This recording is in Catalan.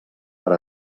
per